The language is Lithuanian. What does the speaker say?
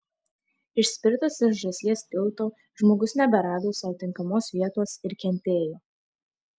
išspirtas iš žąsies tilto žmogus neberado sau tinkamos vietos ir kentėjo